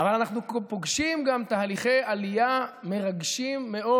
אבל אנחנו גם פוגשים תהליכי עלייה מרגשים מאוד.